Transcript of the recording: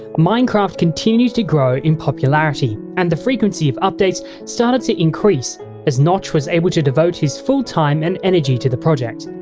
minecraft continued to grow in popularity and the frequency of updates started to increase as notch was able to devote his full time and energy to the project.